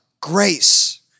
Grace